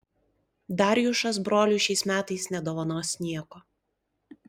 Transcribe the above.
darjušas broliui šiais metais nedovanos nieko